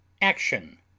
Action